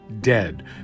dead